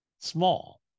Small